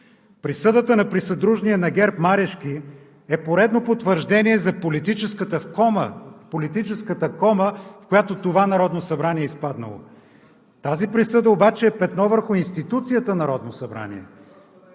Присъдата на присъдружния на ГЕРБ Марешки е поредно потвърждение за политическата кома, в която това Народно събрание е изпаднало. Тази присъда обаче е петно върху институцията